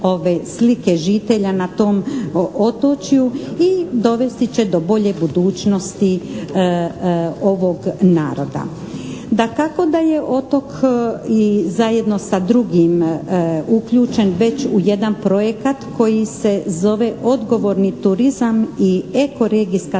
ove slike žitelja na tom otočju i dovesti će do bolje budućnosti ovog naroda. Dakako da je otok i zajedno sa drugim uključen već u jedan projekat koji se zove odgovorni turizam i eko regijska